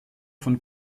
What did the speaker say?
von